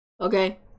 Okay